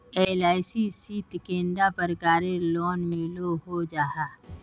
LIC शित कैडा प्रकारेर लोन मिलोहो जाहा?